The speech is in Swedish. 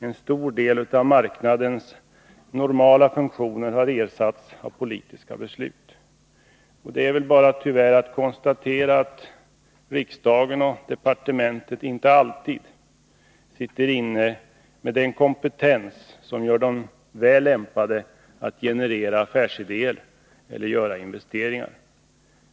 En stor del av marknadens normala funktioner har ersatts av politiska beslut. Det är tyvärr bara att konstatera att riksdagen och departementen inte alltid sitter inne med den kompetens som gör dem väl lämpade att generera affärsidéer eller göra investeringar.